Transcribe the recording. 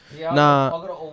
Nah